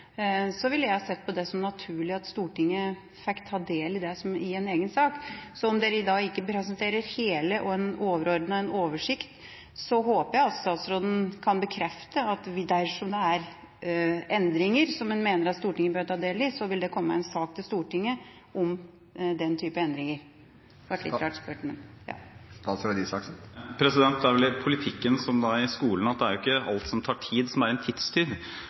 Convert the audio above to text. ville jeg ha sett på det som naturlig at Stortinget fikk ta del i det i en egen sak. Om dere ikke presenterer det hele og en overordnet oversikt, håper jeg at statsråden kan bekrefte at dersom det er endringer som en mener at Stortinget bør ta del i, vil det komme en sak til Stortinget om den typen endringer. Det er vel i politikken som det er i skolen, at det er ikke alt som tar tid, som er en tidstyv.